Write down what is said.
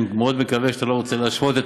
אני מאוד מקווה שאתה לא רוצה להשוות את